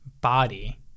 body